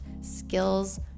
skills